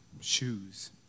shoes